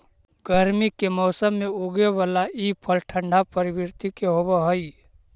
गर्मी के मौसम में उगे बला ई फल ठंढा प्रवृत्ति के होब हई